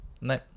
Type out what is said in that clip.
No